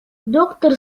доктор